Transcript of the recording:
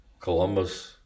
Columbus